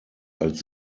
als